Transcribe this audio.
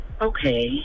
Okay